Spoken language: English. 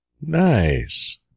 nice